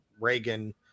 Reagan